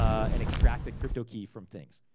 um and extract a cryptokey from things.